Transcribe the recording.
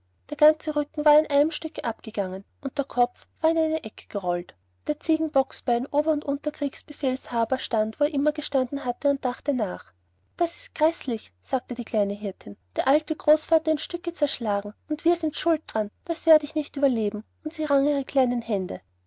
der ganze rücken war in einem stücke abgegangen und der kopf war in eine ecke gerollt der ziegenbocksbein ober und unterkriegsbefehlshaber stand wo er immer gestanden hatte und dachte nach das ist gräßlich sagte die kleine hirtin der alte großvater in stücke zerschlagen und wir sind schuld daran das werde ich nicht überleben und dann rang sie ihre kleinen hände